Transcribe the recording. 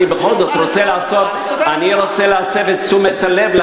אני בכל זאת רוצה להסב את תשומת הלב של